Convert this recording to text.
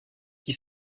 qui